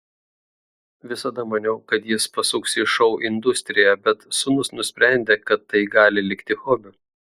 visada maniau kad jis pasuks į šou industriją bet sūnus nusprendė kad tai gali likti hobiu